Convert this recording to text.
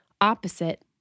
opposite